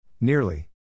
Nearly